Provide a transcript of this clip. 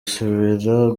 asubira